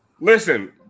Listen